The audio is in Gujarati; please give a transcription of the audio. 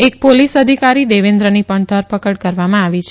એક પોલીસ અધિકારી દેવેન્દ્રની પણ ધરપકડ કરવામાં આવી છે